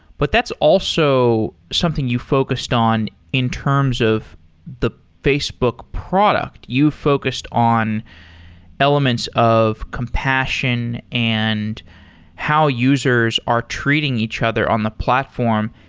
but that's also something you focused on in terms of the facebook product. you focused on elements of compassion and how users are treating each other on the platform.